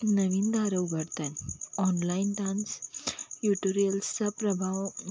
नवीन दारं उघडत आहेत ऑनलाईन डान्स युटोरिअल्सचा प्रभाव